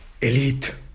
elite